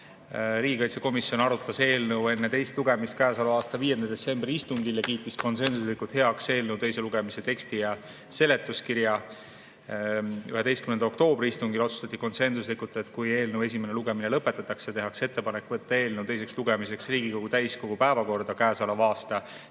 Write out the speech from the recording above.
esitanud. Riigikaitsekomisjon arutas eelnõu enne teist lugemist käesoleva aasta 5. detsembri istungil ning kiitis konsensuslikult heaks eelnõu teise lugemise teksti ja seletuskirja. 11. oktoobri istungil otsustati konsensuslikult, et kui eelnõu esimene lugemine lõpetatakse, tehakse ettepanek võtta eelnõu teiseks lugemiseks Riigikogu täiskogu päevakorda selle aasta